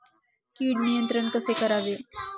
कीड नियंत्रण कसे करावे?